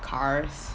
cars